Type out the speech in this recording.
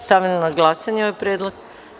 Stavljam na glasanje ovaj predlog.